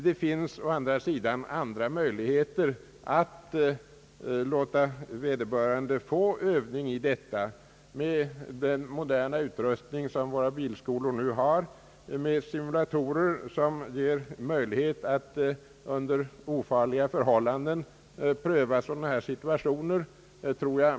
Det finns emellertid andra möjligheter att låta en icke körkortsinnehavare få övning i att köra på motorväg med hjälp av den moderna utrustning som våra bilskolor nu har med simulatorer, vilka ger möjlighet att under ofarliga förhållanden pröva vederbörandes förmåga i olika situationer.